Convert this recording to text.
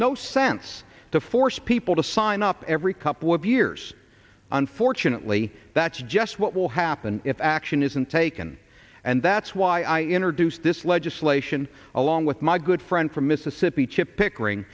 no sense to force people to sign up every couple of years unfortunately that's just what will happen if action isn't taken and that's why i introduced this legislation along with my good friend from mississippi chip pickering